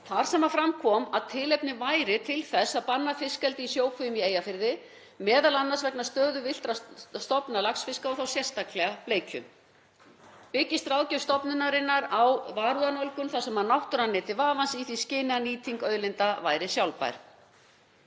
þar sem fram kom að tilefni væri til þess að banna fiskeldi í sjókvíum í Eyjafirði m.a. vegna stöðu villtra stofna laxfiska, þá sérstaklega bleikju. Byggist ráðgjöf stofnunarinnar byggir á varúðarnálgun, þar sem náttúran njóti vafans í því skyni að nýting auðlinda væri sjálfbær.